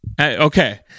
okay